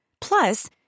Plus